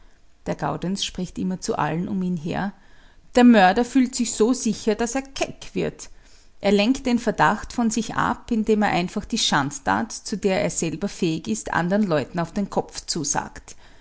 der gaudenz spricht immer zu allen um ihn her der mörder fühlt sich so sicher daß er keck wird er lenkt den verdacht von sich ab indem er einfach die schandtat zu der er selber fähig ist anderen leuten auf den kopf zusagt